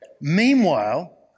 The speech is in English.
Meanwhile